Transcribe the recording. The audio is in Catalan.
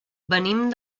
venim